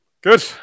Good